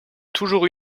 toujours